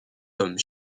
comme